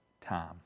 Time